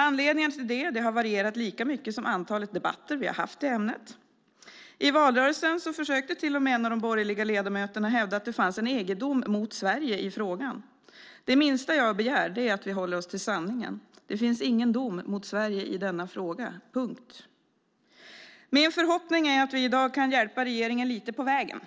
Anledningen till det har varierat lika mycket som antalet debatter vi har haft i ämnet. I valrörelsen försökte till och med en av de borgerliga ledamöterna hävda att det fanns en EG-dom mot Sverige i frågan. Det minsta jag begär är att vi håller oss till sanningen. Det finns ingen dom mot Sverige i denna fråga. Min förhoppning är att vi i dag kan hjälpa regeringen lite på vägen